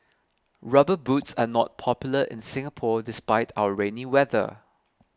rubber boots are not popular in Singapore despite our rainy weather